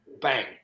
bang